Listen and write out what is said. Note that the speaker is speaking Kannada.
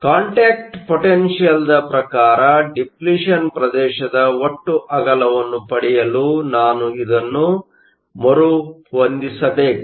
ಕಾಂಟ್ಯಾಕ್ಟ್ ಪೊಟೆನ್ಷಿಯಲ್ದ ಪ್ರಕಾರ ಡಿಪ್ಲಿಷನ್Depletion ಪ್ರದೇಶದ ಒಟ್ಟು ಅಗಲವನ್ನು ಪಡೆಯಲು ನಾನು ಇದನ್ನು ಮರುಹೊಂದಿಸಬೇಕು